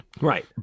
Right